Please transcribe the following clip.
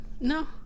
no